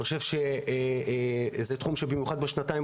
אני חושב שזה תחום שבמיוחד בשנתיים